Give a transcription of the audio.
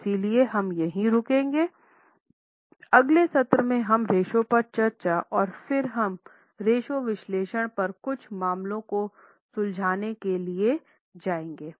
इसलिए हम यहीं रुकेंगे अगले सत्र में हम रेश्यो पर चर्चा और फिर हम रेश्यो विश्लेषण पर कुछ मामलों को सुलझाने के लिए जाएंगे